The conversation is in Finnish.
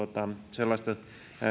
sellaista